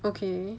okay